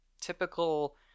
typical